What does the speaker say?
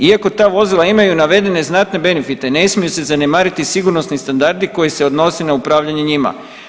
Iako ta vozila imaju navedene znatne benefite ne smiju se zanemariti sigurnosni standardi koji se odnose na upravljanje njima.